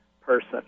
person